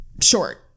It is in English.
short